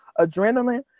adrenaline